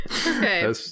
Okay